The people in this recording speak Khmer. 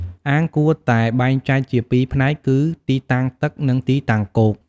អាងគួរតែបែងចែកជាពីរផ្នែកគឺ ទីតាំងទឹក និង ទីតាំងគោក។